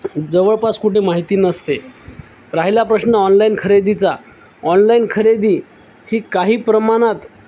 जवळपास कुठे माहिती नसते राहिला प्रश्न ऑनलाईन खरेदीचा ऑनलाईन खरेदी ही काही प्रमाणात